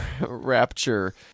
rapture